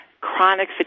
chronic